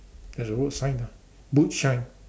there's a road sign ah boot shine